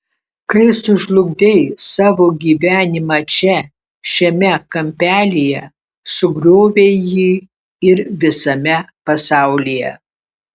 kai sužlugdei savo gyvenimą čia šiame kampelyje sugriovei jį ir visame pasaulyje